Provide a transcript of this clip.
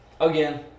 Again